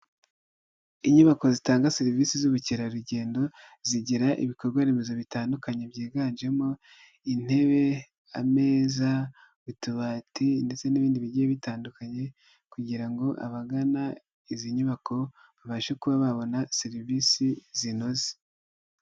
Inyubako zitanga serivisi z'ubukerarugendo zigira ibikorwaremezo bitandukanye byiganjemo intebe, ameza, utubati ndetse n'ibindi bigiye bitandukanye kugira ngo abagana izi nyubako babashe kuba babona serivisi zinoze.